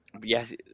yes